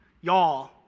Y'all